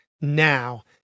now